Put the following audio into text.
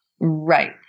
Right